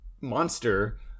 monster